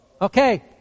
Okay